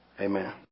Amen